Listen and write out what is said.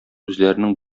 үзләренең